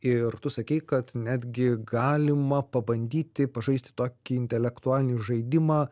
ir tu sakei kad netgi galima pabandyti pažaisti tokį intelektualinį žaidimą